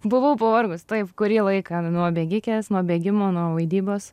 buvau pavargus taip kurį laiką nuo bėgikės nuo bėgimo nuo vaidybos